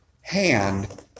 hand